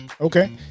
Okay